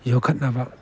ꯌꯣꯛꯈꯠꯅꯕ